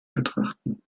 betrachten